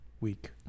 week